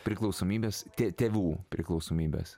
priklausomybės tė tėvų priklausomybės